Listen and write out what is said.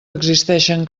existeixen